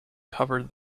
covered